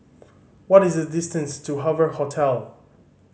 what is the distance to Hoover Hotel